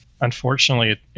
unfortunately